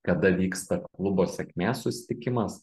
kada vyksta klubo sėkmės susitikimas